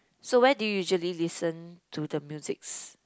so where do you usually listen to the musics